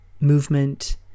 movement